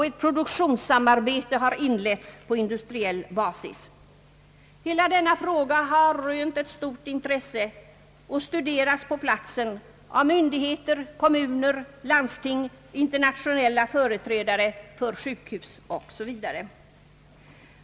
Ett produktionssamarbete har också inletts på industriell basis. Hela denna fråga har rönt stort intresse och studerats på platsen av myndigheter, kommuner, landsting, internationella företrädare för sjukhus osv.